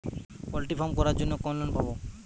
Poultry farm করার জন্য কোন লোন পাব?